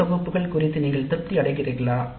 திட்ட தொகுப்புகள் குறித்து நீங்கள் திருப்தியடைகிறீர்களா